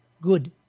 good